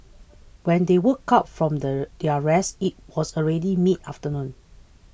when they woke up from their their rest it was already mid afternoon